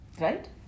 right